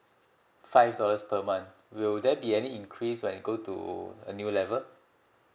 five dollars per month will there be any increase when he go to a new level